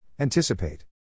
Anticipate